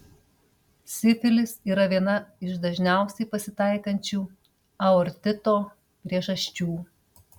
sifilis yra viena iš dažniausiai pasitaikančių aortito priežasčių